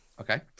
Okay